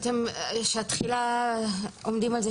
שאתם עומדים על זה שהתחילה תהיה ב-1 ביולי?